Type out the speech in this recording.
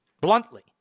bluntly